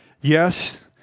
yes